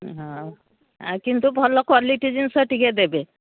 ହଁ ଆଉ କିନ୍ତୁ ଭଲ କ୍ଵାଲିଟି ଜିନିଷ ଟିକେ ଦେବେ